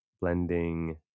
blending